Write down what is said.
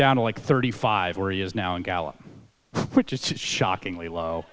down like thirty five where he is now and gallup which is shockingly low